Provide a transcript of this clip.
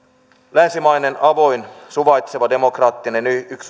länsimaista avointa suvaitsevaa demokraattista